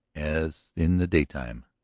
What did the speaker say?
as in the daytime,